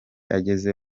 ageze